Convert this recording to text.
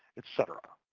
etc.